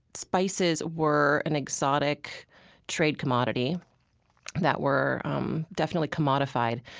spices were an exotic trade commodity that were um definitely commodified,